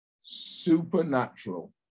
supernatural